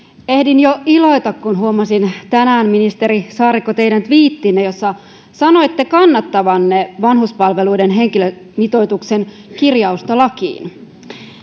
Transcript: ehdin jo iloita kun huomasin tänään ministeri saarikko teidän tviittinne jossa sanoitte kannattavanne vanhuspalveluiden henkilömitoituksen kirjausta lakiin